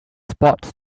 sports